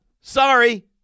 sorry